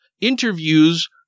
interviews